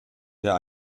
der